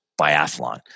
biathlon